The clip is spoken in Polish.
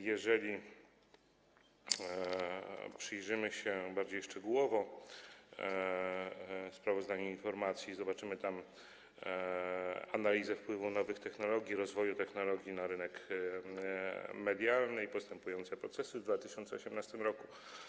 Jeżeli przyjrzymy się bardziej szczegółowo sprawozdaniu i informacji, zobaczymy tam analizę wpływu nowych technologii, rozwoju technologii na rynek medialny i postępujące procesy w 2018 r.